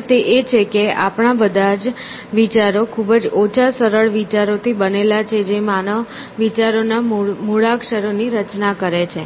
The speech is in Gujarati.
અને તે એ છે કે આપણા બધા જ વિચારો ખૂબ જ ઓછા સરળ વિચારો થી બનેલા છે જે માનવ વિચાર ના મૂળાક્ષરો ની રચના કરે છે